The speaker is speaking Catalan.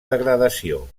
degradació